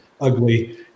ugly